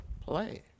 play